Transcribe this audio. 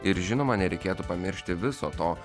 ir žinoma nereikėtų pamiršti viso to